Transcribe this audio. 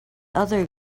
other